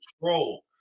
control